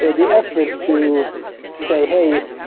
ah the effort to say, hey,